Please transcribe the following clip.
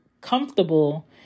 comfortable